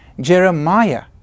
Jeremiah